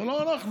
זה לא אנחנו,